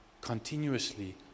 continuously